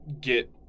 get